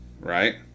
right